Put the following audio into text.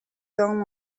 down